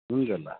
हुन्छ ल